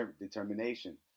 determination